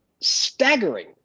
staggering